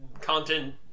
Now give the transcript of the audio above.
content